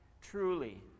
truly